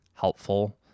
helpful